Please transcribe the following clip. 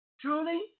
truly